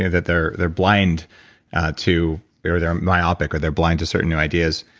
ah that they're they're blind to. or they're myopic, or they're blind to certain new ideas.